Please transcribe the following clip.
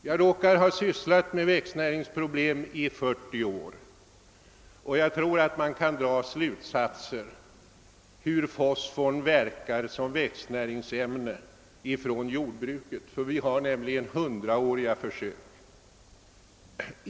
Jag har arbetat med växtnäringsproblem i fyrtio år och tror mig från jordbruket kunna dra slutsatser om hur fosfor verkar som växtnäringsämne. Det har nämligen sedan hundra år tillbaka drivits försök på detta område.